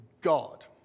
God